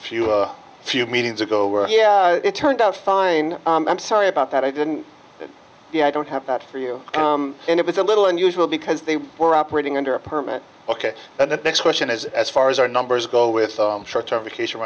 few a few meetings ago were it turned out fine i'm sorry about that i didn't get the i don't have that for you and it was a little unusual because they were operating under a permit ok and the next question is as far as our numbers go with short term vacation